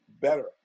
better